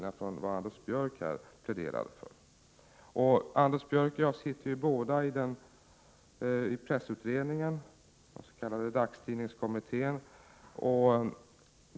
Anders Björck och jag sitter båda i pressutredningen, den s.k. dagstidningskommittén.